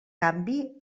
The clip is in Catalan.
canvi